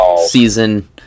season